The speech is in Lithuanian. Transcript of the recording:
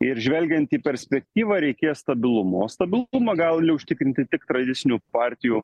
ir žvelgiant į perspektyvą reikės stabilumo o stabilumą gali užtikrinti tik tradicinių partijų